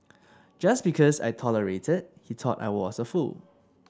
just because I tolerated he thought I was a fool